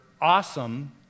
awesome